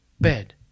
bed